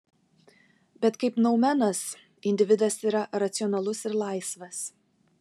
bet kaip noumenas individas yra racionalus ir laisvas